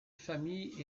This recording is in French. famille